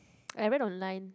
I went online